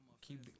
keep